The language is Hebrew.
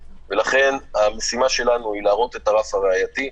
ולכן המשימה שלנו היא להראות את הרף הראייתי,